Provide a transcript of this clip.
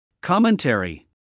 Commentary